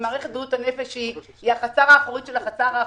מערכת בריאות הנפש היא החצר האחורית של החצר האחורית.